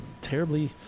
terribly –